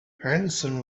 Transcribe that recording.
henderson